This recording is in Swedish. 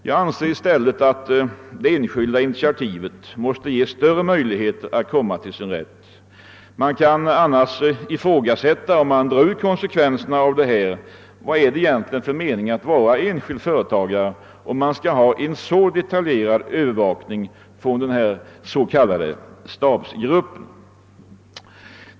Jag anser i stället att det enskilda initiativet måste ges större möjligheter att komma till sin rätt. Om man drar ut konsekvenserna av detta kan man ifrågasätta om det egentligen är någon mening med att vara enskild företagare, när det skall utövas en så detaljerad övervakning från en s.k. stabsgrupps sida.